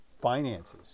finances